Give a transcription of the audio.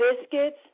biscuits